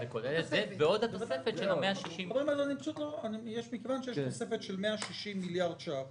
ועוד התוספת של 160. מכיוון שיש תוספת של 160 מיליארד ש"ח